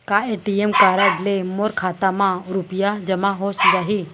का ATM card ले मोर खाता म रुपिया जेमा हो जाही?